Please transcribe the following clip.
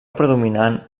predominant